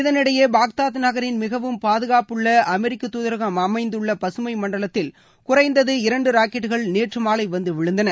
இதனிடையே பாக்தாத் நகரின் மிகவும் பாதுகாப்புள்ள அமெரிக்க தூதரகம் அமைந்துள்ள பசுமம மண்டலத்தில் குறைந்தது இரண்டு ராக்கெட்டுகள் நேற்று மாலை வந்து விழுந்தன